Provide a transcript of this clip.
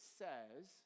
says